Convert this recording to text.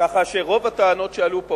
ככה שרוב הטענות שעלו פה,